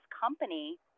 company